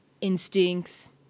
instincts